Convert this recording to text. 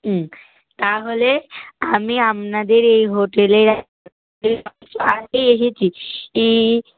হুম তাহলে আমি আপনাদের এই হোটেলের এক এসেছি ই